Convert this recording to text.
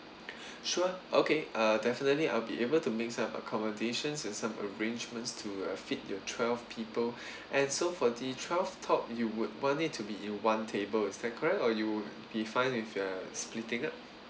sure okay uh definitely I'll be able to make some of accommodations and some arrangements to uh fit your twelve people and so for the twelve top you would want it to be in one table is that correct or you would be fine with uh splitting up